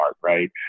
right